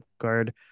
guard